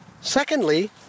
Secondly